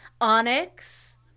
Onyx